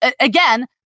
again